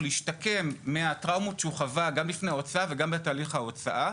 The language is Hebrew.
להשתקם מהטראומות שהוא חווה גם לפני ההוצאה וגם בתהליך ההוצאה,